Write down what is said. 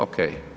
OK.